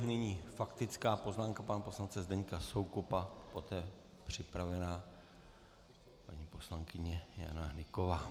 Nyní faktická poznámka pana poslance Zdeňka Soukupa, poté je připravena paní poslankyně Jana Hnyková.